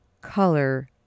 color